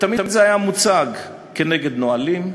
ותמיד זה היה מוצג כנגד נהלים,